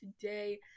today